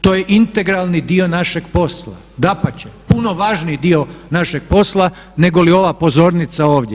To je integralni dio našeg posla, dapače puno važniji dio našeg posla negoli ova pozornica ovdje.